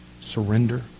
surrender